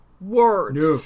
words